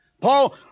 Paul